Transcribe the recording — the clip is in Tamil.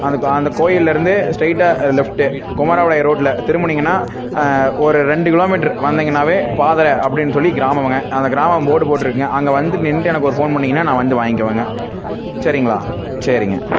அதுக்கு அந்த கோயிலருந்து ஸ்ட்ரெயிட்டாக லெஃப்ட்டு குமாரபாளையம் ரோட்டில் திரும்புனீங்கன்னா ஒரு ரெண்டு கிலோமீட்ரு வந்தீங்கனாவே பாதரை அப்படின் சொல்லி கிராமமுங்க அந்த கிராமம் போர்டு போட்டுருக்குங்க அங்க வந்து நின்றுட்டு எனக்கு ஒரு ஃபோன் பண்ணிங்கன்னா நான் வந்து வாங்க்கிவேங்க சரிங்களா சரிங்க